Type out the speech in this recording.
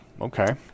Okay